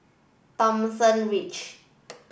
Thomson Ridge